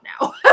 now